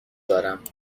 دارم